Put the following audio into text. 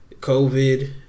COVID